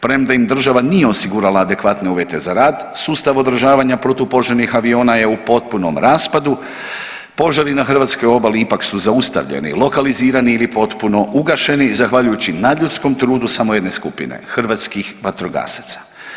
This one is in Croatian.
Premda im država nije osigurala adekvatne uvjete za rad, sustav održavanja protupožarnih aviona je u potpunom raspadu, požari na hrvatskoj obali ipak su zaustavljeni, lokalizirani ili potpuno ugašeni zahvaljujući nadljudskom trudu samo jedne skupine, hrvatskih vatrogasaca.